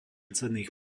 cenných